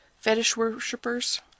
fetish-worshippers